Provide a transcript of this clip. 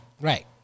Right